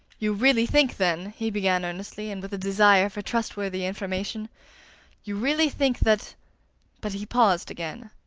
you really think, then, he began earnestly, and with a desire for trustworthy information you really think that but he paused again.